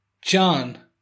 John